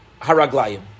Haraglayim